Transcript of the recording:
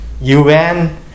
UN